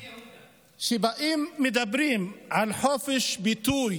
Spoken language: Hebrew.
שבאים, מדברים על חופש ביטוי